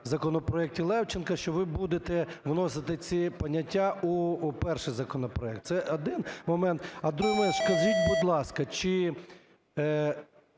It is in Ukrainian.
законопроекті Левченка, що ви будете вносити ці поняття у перший законопроект. Це один момент. А другий момент. Скажіть, будь ласка, чи